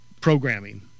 programming